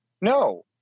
No